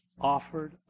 offered